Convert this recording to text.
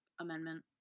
amendment